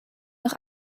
noch